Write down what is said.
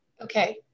Okay